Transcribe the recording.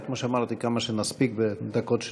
מה שעמד פה על הכף זה מיליון ילדים שלא